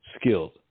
skilled